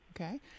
Okay